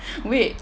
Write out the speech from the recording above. wait